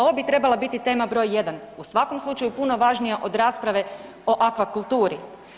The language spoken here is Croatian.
Ovo bi trebala biti tema broj jedan u svakom slučaju puno važnija od rasprave o akvakulturi.